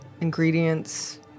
ingredients